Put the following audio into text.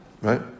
right